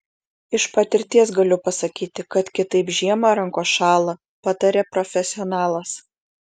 iš patirties galiu pasakyti kad kitaip žiemą rankos šąla pataria profesionalas